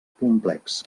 complex